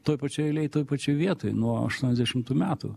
toj pačioj eilėj toj pačioj vietoj nuo aštuoniasdešimtų metų